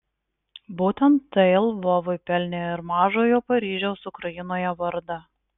būtent tai lvovui pelnė ir mažojo paryžiaus ukrainoje vardą